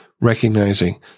recognizing